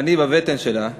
ואני בבטן שלה,